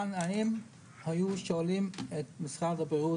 אם היו שואלים את משרד הבריאות,